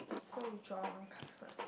so we draw one card first